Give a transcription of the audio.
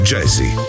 Jazzy